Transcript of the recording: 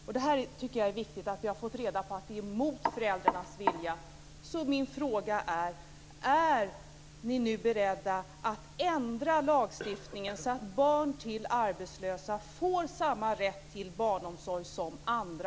Jag tycker att det är viktigt att vi har fått reda på att det är mot föräldrarnas vilja.